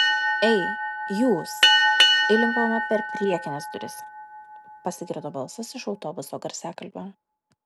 ei jūs įlipama per priekines duris pasigirdo balsas iš autobuso garsiakalbio